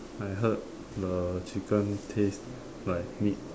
I heard the chicken taste like meat